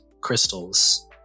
crystals